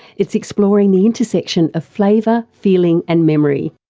it's exploring the intersection of flavour, feeling and memory